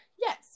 yes